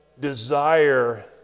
desire